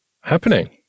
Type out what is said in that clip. happening